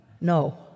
No